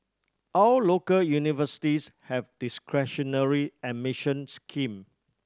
all local universities have discretionary admission scheme